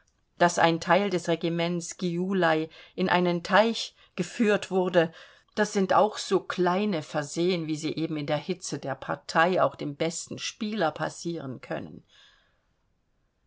daß ein teil des regiments gyulai in einen teich geführt wurde das sind auch so kleine versehen wie sie eben in der hitze der partei auch dem besten spieler passieren können